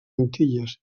antilles